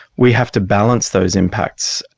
we have to balance those impacts,